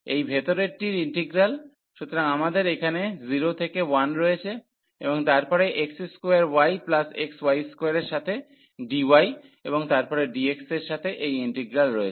এই ভেতরেরটির ইন্টিগ্রাল সুতরাং আমাদের এখানে 0 থেকে 1 রয়েছে এবং তারপরে x2yxy2 এর সাথে dy এবং তারপরে dx এর সাথে এই ইন্টিগ্রাল রয়েছে